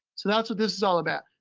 so that's what this is all about.